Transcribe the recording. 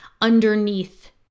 underneath